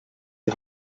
die